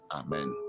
amen